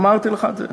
אמרתי לך את זה?